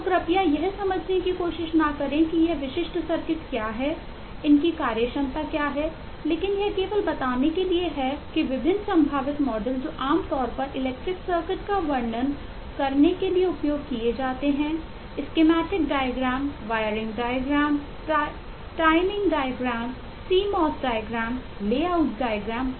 तो कृपया यह समझने की कोशिश न करें कि यह विशिष्ट सर्किट और कई और अधिक हो सकते हैं